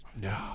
No